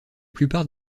plupart